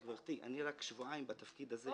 גבירתי, אני רק שבועיים בתפקיד הזה.